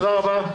תודה רבה.